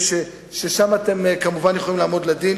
ששם אתם כמובן יכולים לעמוד לדין,